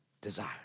desire